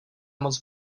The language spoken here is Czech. moc